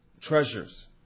Treasures